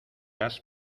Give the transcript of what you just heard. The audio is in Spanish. has